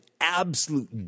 absolute